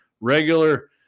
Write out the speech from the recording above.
regular